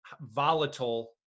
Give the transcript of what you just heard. volatile